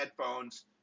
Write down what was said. headphones